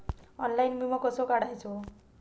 Online विमो कसो काढायचो?